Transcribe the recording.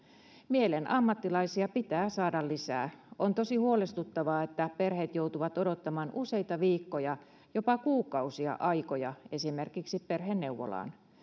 mielen ammattilaisia pitää saada lisää on tosi huolestuttavaa että perheet joutuvat odottamaan useita viikkoja jopa kuukausia aikoja esimerkiksi perheneuvolaan